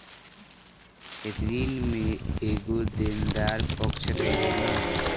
ऋण में एगो देनदार पक्ष रहेलन